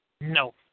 No